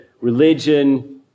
religion